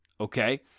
Okay